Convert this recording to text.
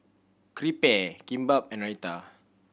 Crepe Kimbap and Raita